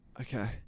Okay